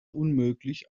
unmöglich